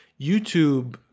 YouTube